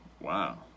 Wow